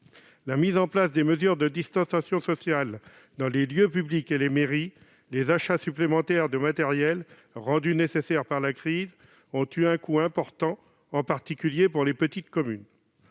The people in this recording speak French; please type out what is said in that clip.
La mise en oeuvre des mesures de distanciation sociale dans les lieux publics et les mairies et les achats supplémentaires de matériel rendus nécessaires par la crise ont eu un coût important, en particulier pour les petites communes.